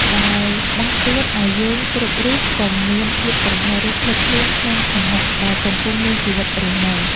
ដែលដាស់តឿនឱ្យយើងគ្រប់រូបកុំមានភាពប្រហែស ឬភ្លេចខ្លួនក្នុងខណៈដែលកំពុងមានជីវិតរស់នៅ។